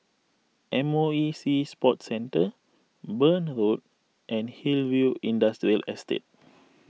M O E Sea Sports Centre Burn Road and Hillview Industrial Estate